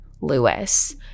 Lewis